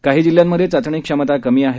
काही जिल्ह्यांमध्ये चाचणी क्षमता कमी आहे